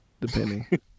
depending